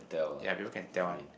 yea people can tell one